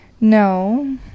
No